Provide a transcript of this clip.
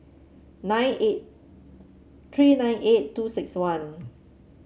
nine eight three nine eight two six one